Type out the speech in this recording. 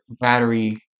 battery